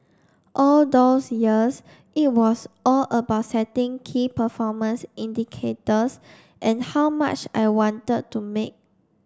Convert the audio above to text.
all those years it was all about setting key performance indicators and how much I wanted to make